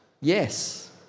Yes